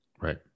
Right